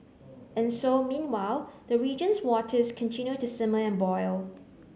and so meanwhile the region's waters continue to simmer and boil